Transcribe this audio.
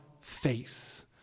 face